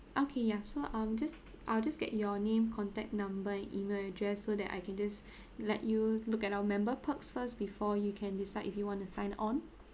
okay ya so um just I'll just get your name contact number and email address so that I can just let you look at our member perks first before you can decide if you want to sign on